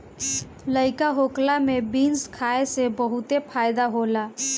लइका होखला में बीन्स खाए से बहुते फायदा होला